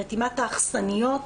ברתימת האכסניות,